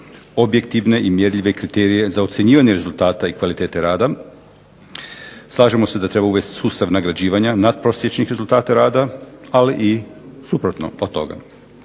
objektivne i mjerljive kriterije za ocjenjivanje rezultata i kvalitete rada. Slažemo se da treba uvesti sustav nagrađivanja natprosječnih rezultata rada, ali i suprotno od toga,